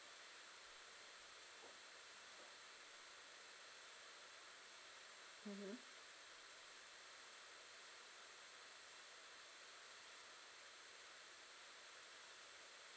mmhmm